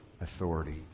authority